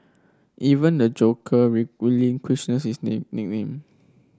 even the Joker his name